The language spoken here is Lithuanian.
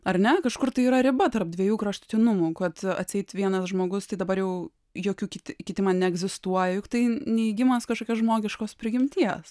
ar ne kažkur tai yra riba tarp dviejų kraštutinumų kad atseit vienas žmogus tai dabar jau jokių kiti kiti man neegzistuoja juk tai neigimas kažkokios žmogiškos prigimties